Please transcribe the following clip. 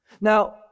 now